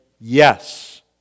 yes